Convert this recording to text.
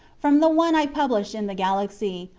from the one i published in the galaxy,